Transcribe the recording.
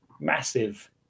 massive